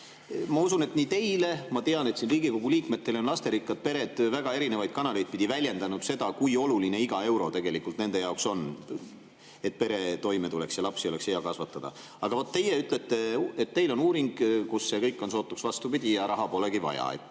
Ma usun, et ka teile on nii nagu Riigikogu liikmetele lasterikkad pered väga erinevaid kanaleid pidi väljendanud seda, kui oluline iga euro tegelikult nende jaoks on, et pere toime tuleks ja lapsi oleks hea kasvatada. Aga vaat teie ütlete, et teil on uuring, kus see kõik on sootuks vastupidi, ja raha polegi vaja. Mu